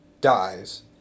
dies